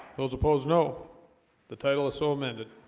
those opposed no the title is so amended